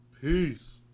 peace